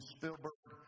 Spielberg